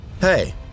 Hey